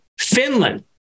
Finland